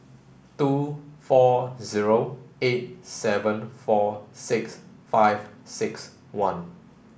two four zero eight seven four six five six one